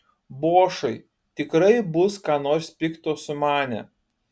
bošai tikrai bus ką nors pikto sumanę